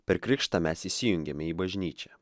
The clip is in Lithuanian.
per krikštą mes įsijungiame į bažnyčią